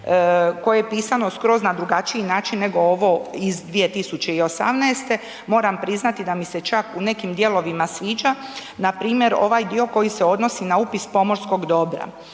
koje je pisano skroz na drugačiji način nego ovo iz 2018., moram priznati da mi se čak u nekim dijelovima sviđa. Npr. ovaj dio koji se odnosi na upis pomorskog dobra.